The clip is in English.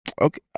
Okay